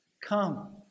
Come